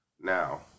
Now